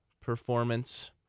performance